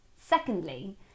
Secondly